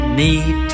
need